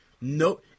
no